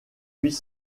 puis